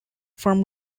from